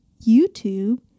YouTube